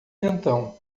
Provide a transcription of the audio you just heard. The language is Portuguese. então